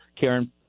karen